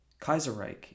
Kaiserreich